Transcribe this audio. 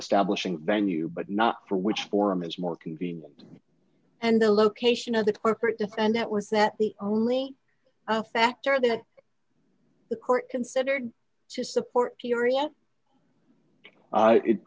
establishing venue but not for which form is more convenient and the location of the corporate if and that was that the only factor that the court considered to support